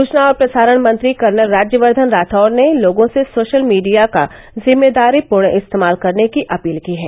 सूचना और प्रसारण मंत्री कर्नल राज्यवर्धन राठौड़ ने लोगो से सोशल मीडिया का जिम्मेदारीपूर्ण इस्तेमाल करने की अपील की है